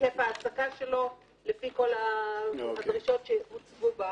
היקף ההעסקה שלו, לפי כל הדרישות שהוצגו.